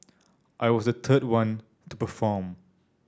I was the third one to perform